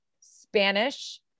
Spanish